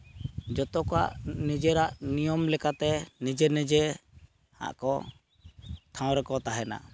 ᱡᱚᱛᱚ ᱠᱚᱣᱟᱜ ᱱᱤᱡᱮᱨᱟᱜ ᱱᱤᱭᱚᱢ ᱞᱮᱠᱟᱛᱮ ᱱᱤᱡᱮ ᱱᱤᱡᱮ ᱦᱟᱸᱜ ᱠᱚ ᱴᱷᱟᱶ ᱨᱮᱠᱚ ᱛᱟᱦᱮᱱᱟ